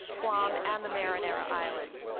guam and the mariana islands.